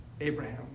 Abraham